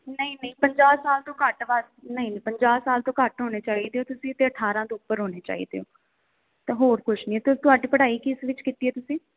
ਨਹੀਂ ਨਹੀਂ ਪੰਜਾਹ ਸਾਲ ਤੋਂ ਘੱਟ ਨਹੀਂ ਪੰਜਾਹ ਸਾਲ ਤੋਂ ਘੱਟ ਹੋਣੇ ਚਾਹੀਦੇ ਹੋ ਤੁਸੀਂ ਅਤੇ ਅਠਾਰਾਂ ਤੋਂ ਉੱਪਰ ਹੋਣੇ ਚਾਹੀਦੇ ਹੋ ਤਾਂ ਹੋਰ ਕੁ ਨਹੀਂ ਅਤੇ ਤੁਹਾਡੀ ਪੜ੍ਹਾਈ ਕਿਸ ਵਿੱਚ ਕੀਤੀ ਹੈ ਤੁਸੀਂ